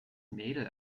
mädel